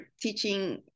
teaching